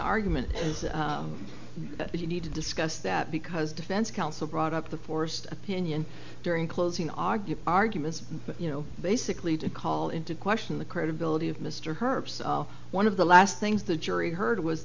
argument is that you need to discuss that because defense counsel brought up the forced opinion during closing argue arguments you know basically to call into question the credibility of mr herbst one of the last things the jury heard was